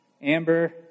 Amber